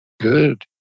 Good